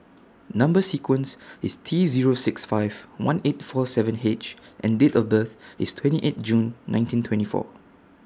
Number sequence IS T Zero six five one eight four seven H and Date of birth IS twenty eight June nineteen twenty four